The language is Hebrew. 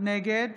נגד